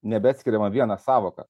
nebeatskiriama viena sąvoka